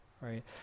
right